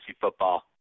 football